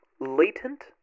latent